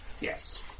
Yes